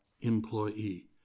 employee